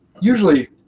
Usually